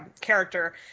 character